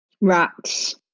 Rats